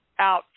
out